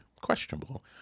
questionable